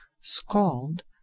scald